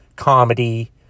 Comedy